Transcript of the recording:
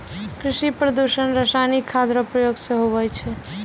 कृषि प्रदूषण रसायनिक खाद रो प्रयोग से हुवै छै